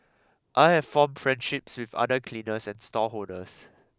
I have formed friendships with other cleaners and stallholders